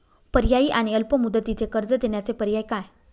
पर्यायी आणि अल्प मुदतीचे कर्ज देण्याचे पर्याय काय?